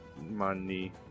money